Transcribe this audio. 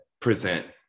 Present